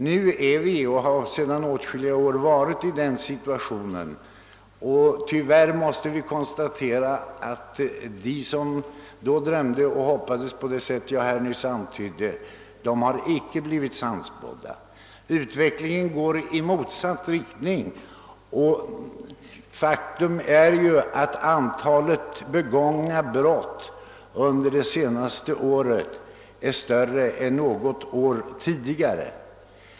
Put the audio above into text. Nu har vi sedan åtskilliga år varit i den situationen att de flesta människor har det bra. Men tyvärr måste vi konstatera att de som hyste de förhoppningar jag nyss antydde icke har blivit sannspådda. Utvecklingen går i motsatt riktning. Faktum är att antalet begångna brott under det senaste året är större än något år tidigare.